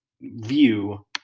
view